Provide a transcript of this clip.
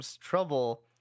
trouble